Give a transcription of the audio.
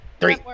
Three